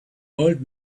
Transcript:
old